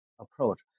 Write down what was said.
approach